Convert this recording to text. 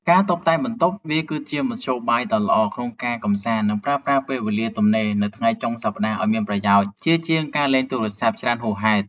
ការតុបតែងបន្ទប់ វាគឺជាមធ្យោបាយដ៏ល្អក្នុងការកម្សាន្ត និងប្រើប្រាស់ពេលវេលាទំនេរនៅថ្ងៃចុងសប្ដាហ៍ឱ្យមានប្រយោជន៍ ជាជាងការលេងទូរស័ព្ទច្រើនហួសហេតុ។